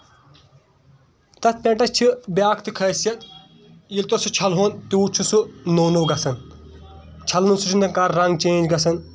تَتھ پیٚنٹَس چھُ بیاکھ تہِ خٲصیت یوٗتاہ سُہ چھلہوٚن تیوٗت چھُ سُہ نوٚو نوٚو گژھان چھلُن سُہ چھُ نہٕ کانٛہہ رنٛگ چیٚنٛج گژھان